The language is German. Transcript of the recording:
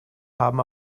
haben